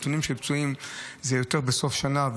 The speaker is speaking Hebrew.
נתונים של פצועים זה יותר בסוף שנה,